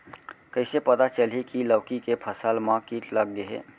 कइसे पता चलही की लौकी के फसल मा किट लग गे हे?